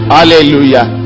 Hallelujah